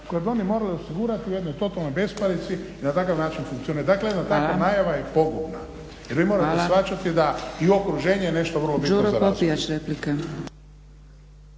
kad bi oni morali osigurati u jednoj totalnoj besparici i na takav način funkcionirati. Dakle, jedna takva najava je pogubna jer vi morate shvaćati da i okruženje nešto vrlo bitno za vas.